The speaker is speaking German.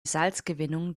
salzgewinnung